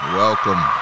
welcome